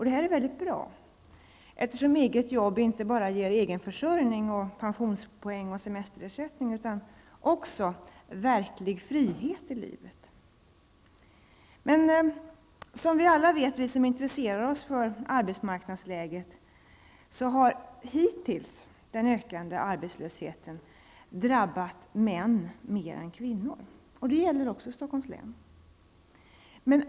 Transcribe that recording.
Detta är mycket bra, eftersom eget jobb inte bara ger egen försörjning, pensionspoäng och semesterersättning utan också verklig frihet i livet. Men som vi alla vet -- vi som intresserar oss för arbetsmarknadsläget -- har den ökande arbetslösheten hittills drabbat män mer än kvinnor. Det gäller också Stockholms län.